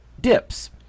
dips